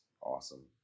awesome